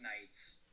nights